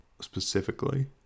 specifically